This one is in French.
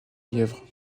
lièvre